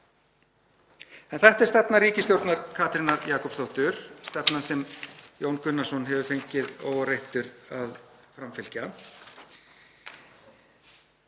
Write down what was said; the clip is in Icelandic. En þetta er stefna ríkisstjórnar Katrínar Jakobsdóttur, stefnan sem Jón Gunnarsson hefur fengið óáreittur að framfylgja.